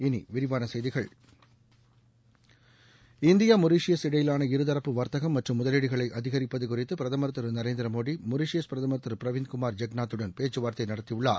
இனி விரிவான செய்திகள் இந்தியா மொரிஷியஸ் இடையிலான இருதரப்பு வாத்தகம் மற்றும் முதலீடுகளை அதிகரிப்பதுக் குறித்து பிரதம் திரு நரேந்திரமோடி மொரிஷியஸ் பிரதம் திரு பிரவிந்த் குமார் ஜெகநாத்துடன் பேச்சுவார்தை நடத்தியுள்ளார்